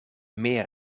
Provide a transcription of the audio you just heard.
meer